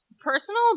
personal